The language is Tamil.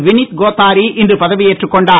வினித் கோத்தாரி இன்று பதவியேற்றுக் கொண்டார்